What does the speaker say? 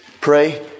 Pray